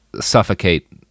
suffocate